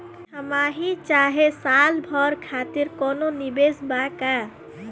छमाही चाहे साल भर खातिर कौनों निवेश बा का?